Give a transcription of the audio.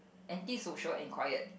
anti social and quiet